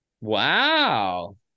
Wow